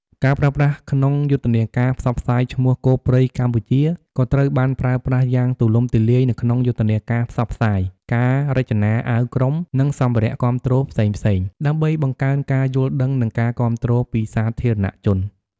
ការប្រើប្រាស់ក្នុងយុទ្ធនាការផ្សព្វផ្សាយឈ្មោះ "គោព្រៃកម្ពុជា" ក៏ត្រូវបានប្រើប្រាស់យ៉ាងទូលំទូលាយនៅក្នុងយុទ្ធនាការផ្សព្វផ្សាយ ការរចនាអាវក្រុម និងសម្ភារៈគាំទ្រផ្សេងៗ ដើម្បីបង្កើនការយល់ដឹង និងការគាំទ្រពីសាធារណជន។